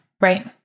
Right